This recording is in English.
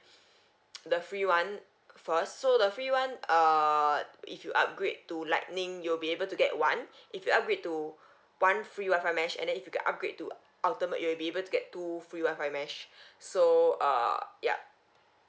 the free [one] first so the free [one] err if you upgrade to lightning you'll be able to get one if you upgrade to one free Wi-Fi mesh and then if you can upgrade to ultimate you'll be able to get two free Wi-Fi mesh so err ya